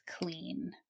clean